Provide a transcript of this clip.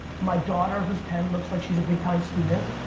my daughter who's ten looks like she's a big time student.